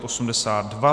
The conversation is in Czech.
82.